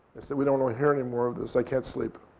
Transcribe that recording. they said, we don't want to hear anymore of this. i can't sleep.